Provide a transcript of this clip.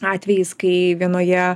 atvejis kai vienoje